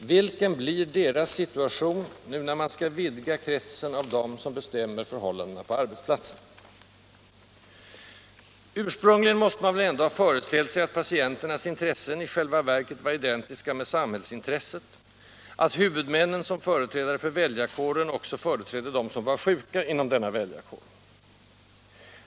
Vilken blir deras situation, när man nu skall vidga kretsen av dem som bestämmer om förhållandena på arbetsplatsen? Arbetsdemokrati inom sjukvården Arbetsdemokrati inom sjukvården Ursprungligen måste man väl ändå ha föreställt sig att patienternas intressen i själva verket var identiska med samhällsintresset, att huvudmännen som företrädare för väljarkåren också företrädde dem som var sjuka inom denna väljarkår.